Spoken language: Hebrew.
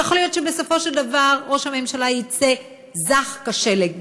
יכול להיות שבסופו של דבר ראש הממשלה יצא זך כשלג,